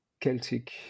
Celtic